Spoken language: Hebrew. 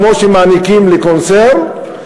כמו שמעניקים לקונצרן?